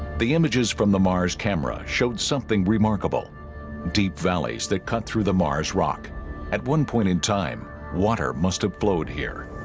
the images from the mars camera showed something remarkable deep valleys that cut through the mars rock at one point in time water must have blowed here